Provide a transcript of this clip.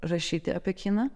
rašyti apie kiną